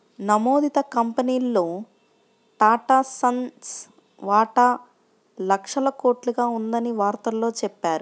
నమోదిత కంపెనీల్లో టాటాసన్స్ వాటా లక్షల కోట్లుగా ఉందని వార్తల్లో చెప్పారు